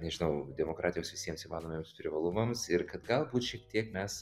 nežinau demokratijos visiems įmanomiems privalumams ir kad galbūt šiek tiek mes